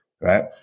right